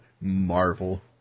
Marvel